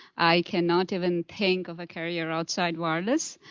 i cannot even think of a carrier outside wireless.